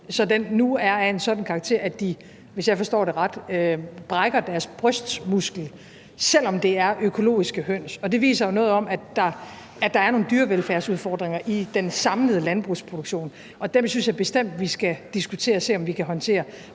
så den nu er af en sådan karakter, at de, hvis jeg forstår det ret, brækker deres brystben, selv om det er økologiske høns. Det viser jo noget om, at der er nogle dyrevelfærdsudfordringer i den samlede landbrugsproduktion, og dem synes jeg bestemt vi skal diskutere og se om vi kan håndtere.